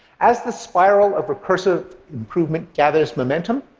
as the spiral of recursive improvement gathers momentum,